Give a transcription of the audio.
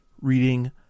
Reading